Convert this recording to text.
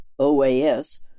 OAS